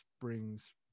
brings